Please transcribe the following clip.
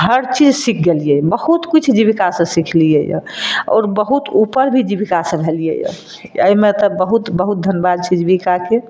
हर चीज सीख गेलिए बहुत किछु जीबिका से सीख लिए रऽ आओर बहुत ऊपर भी जीबिका से भेलिए यऽ अयमे तऽ बहुत बहुत धन्यबाद छै जीबिकाके